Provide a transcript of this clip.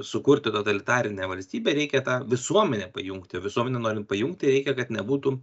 sukurti totalitarinę valstybę reikia tą visuomenę pajungti o visuomenę norint pajungti reikia kad nebūtų